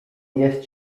jest